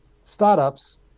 startups